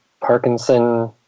parkinson